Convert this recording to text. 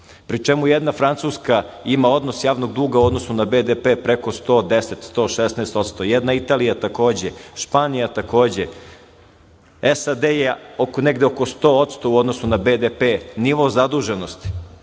pri čemu jedan Francuska ima odnos javnog duga u odnosu na BDP preko 110, 116%, jedna Italija je takođe, Španija takođe, SAD je negde oko 100% u odnosu na BDP, nivo zaduženosti